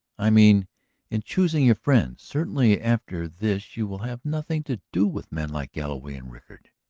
i mean in choosing your friends? certainly after this you will have nothing to do with men like galloway and rickard?